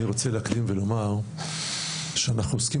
אני רוצה להקדים ולומר שאנחנו עוסקים